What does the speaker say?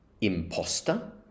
imposter